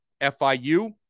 FIU